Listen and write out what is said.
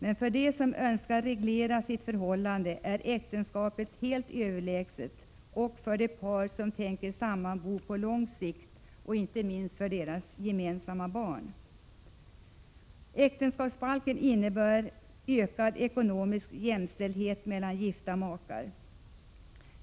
Men för de par som önskar reglera sitt förhållande och som tänker sammanbo på lång sikt är äktenskapet helt överlägset, inte minst för deras barn. Äktenskapsbalken innebär ökad ekonomisk jämställdhet mellan gifta makar.